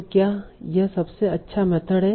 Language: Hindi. तो क्या यह सबसे अच्छा मेथड है